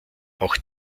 auch